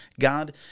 god